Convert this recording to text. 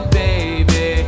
baby